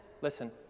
listen